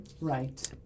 Right